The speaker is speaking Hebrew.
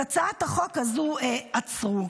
את הצעת החוק הזו עצרו.